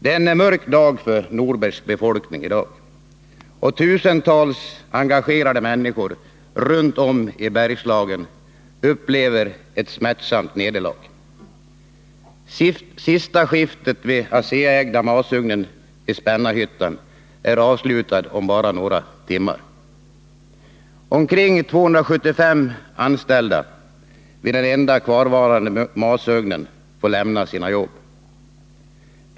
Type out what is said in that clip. Det är en mörk dag för Norbergs befolkning i dag, och tusentals engagerade människor runt om i Bergslagen upplever ett smärtsamt nederlag. Sista skiftet vid den ASEA-ägda masugnen i Spännarhyttan är avslutat om bara några timmar. Omkring 275 anställda vid den enda kvarvarande masugnen får lämna sina jobb.